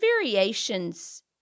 variations